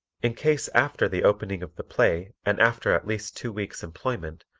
in case after the opening of the play and after at least two weeks' employment,